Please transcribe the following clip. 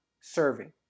serving